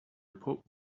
report